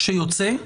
שיוצא,